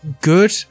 good